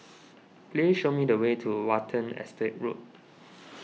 please show me the way to Watten Estate Road